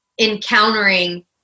encountering